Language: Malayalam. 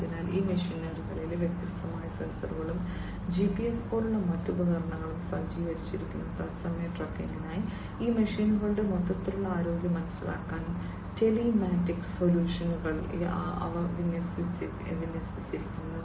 അതിനാൽ ഈ മെഷിനറികളിൽ വ്യത്യസ്ത സെൻസറുകളും ജിപിഎസ് പോലുള്ള മറ്റ് ഉപകരണങ്ങളും സജ്ജീകരിച്ചിരിക്കുന്നു തത്സമയ ട്രാക്കിംഗിനായി ഈ മെഷീനുകളുടെ മൊത്തത്തിലുള്ള ആരോഗ്യം മനസിലാക്കാൻ ടെലിമാറ്റിക്സ് സൊല്യൂഷനുകൾ അവ വിന്യസിച്ചിരിക്കുന്നു